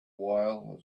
while